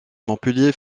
montpellier